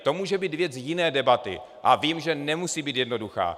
To může být věc jiné debaty a vím, že nemusí být jednoduchá.